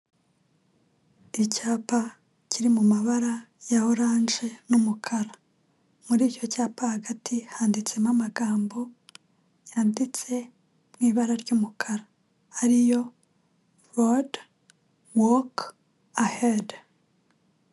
Icyapa kiri mu mabara ya oranje n'umukara muri icyo cyapa hagati handitsemo amagambo yanditse mu ibara ry'umukara ariyo rodi woka ahedi.